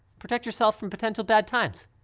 protect yourself from potential bad times.